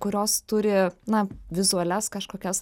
kurios turi na vizualias kažkokias